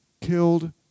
killed